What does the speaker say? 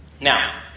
Now